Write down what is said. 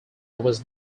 was